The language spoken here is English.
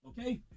okay